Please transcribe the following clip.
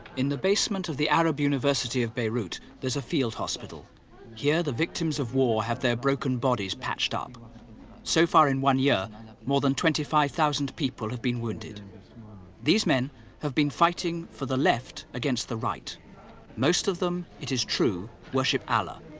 in the basement the arab university of beirut, there's a field hospital here the victims of war have their broken bodies patched up so far in one year more than twenty five thousand people have been wounded these men have been fighting for the left against the right most of them. it is true worship allah,